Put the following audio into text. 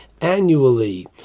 annually